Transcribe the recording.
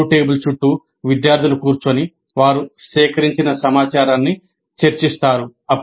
ఒక round table చుట్టూ విద్యార్థులు కూర్చుని వారు సేకరించిన సమాచారాన్ని చర్చిస్తారు